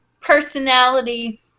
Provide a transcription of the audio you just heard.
personality